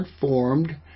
formed